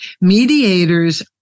Mediators